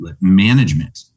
management